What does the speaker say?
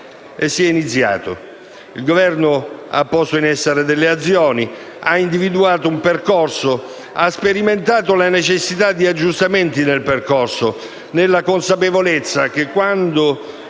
E si è iniziato. Il Governo ha posto in essere delle azioni, ha individuato un percorso, ha sperimentato la necessità di aggiustamenti nel percorso, nella consapevolezza che quando